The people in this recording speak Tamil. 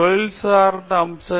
பேராசிரியர் பிரதாப் ஹரிதாஸ் சரி